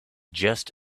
just